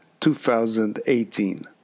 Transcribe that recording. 2018